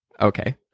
Okay